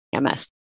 MS